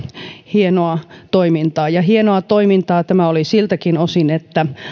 hienoa toimintaa ja hienoa toimintaa tämä oli siltäkin osin että